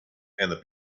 and